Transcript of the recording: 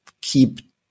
keep